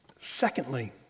Secondly